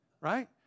Right